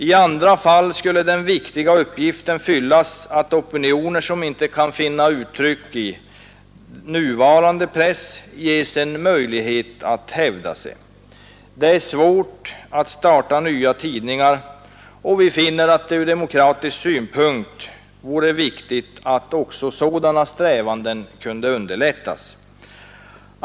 I andra fall skulle den viktiga uppgiften fyllas att opinioner, som inte kan finna uttryck i den nuvarande pressen, skulle ges en möjlighet att hävda sig.” Det är svårt att starta nya tidningar, och vi finner det ur demokratisk synpunkt viktigt att sådana strävanden underlättas.